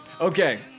Okay